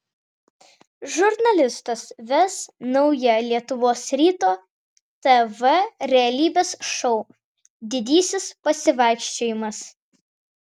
žurnalistas ves naują lietuvos ryto tv realybės šou didysis pasivaikščiojimas